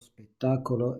spettacolo